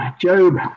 Job